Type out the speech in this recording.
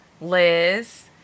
Liz